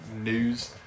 news